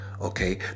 Okay